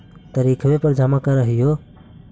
तरिखवे पर जमा करहिओ?